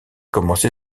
commencé